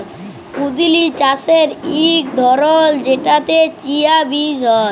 পুদিলা শস্যের ইকট ধরল যেটতে চিয়া বীজ হ্যয়